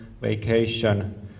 vacation